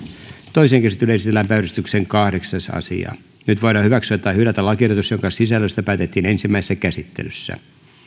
toiseen käsittelyyn esitellään päiväjärjestyksen kahdeksas asia nyt voidaan hyväksyä tai hylätä lakiehdotus jonka sisällöstä päätettiin ensimmäisessä käsittelyssä